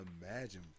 imagine